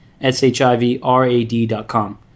S-H-I-V-R-A-D.com